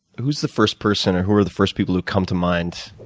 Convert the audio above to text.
who's the first person or who are the first people who come to mind?